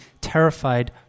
terrified